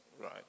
Right